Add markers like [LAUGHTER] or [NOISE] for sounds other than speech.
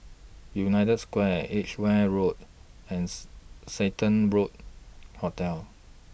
United Square Edgeware Road and [UNINTELLIGIBLE] Santa Road Hotel